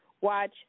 watch